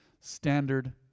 standard